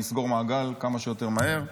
נסגור מעגל כמה שיותר מהר.